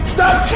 Stop